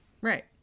right